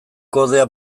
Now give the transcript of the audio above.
kodea